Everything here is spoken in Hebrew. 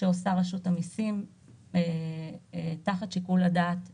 שעושה רשות המיסים תחת שיקול הדעת שלה,